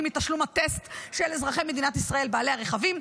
מתשלום הטסט של אזרחי מדינת ישראל בעלי הרכבים,